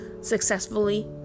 successfully